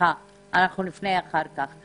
אנחנו נפנה אחר כך.